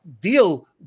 deal